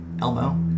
Elmo